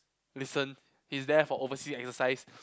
listen he's there for oversea exercise